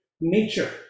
nature